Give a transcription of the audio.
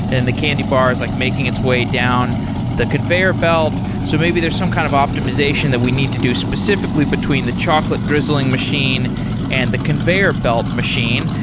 and then the candy bar is like making its way down the conveyor belt. so maybe there's some kind of optimization that we need to do specifically between the chocolate drizzling machine and the conveyor belt machine.